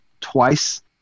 twice